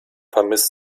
vermisst